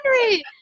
Henry